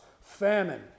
famine